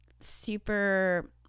super